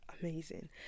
amazing